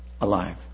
alive